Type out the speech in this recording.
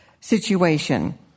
situation